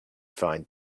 find